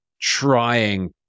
trying